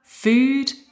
Food